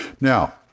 Now